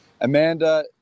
Amanda